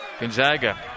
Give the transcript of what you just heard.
Gonzaga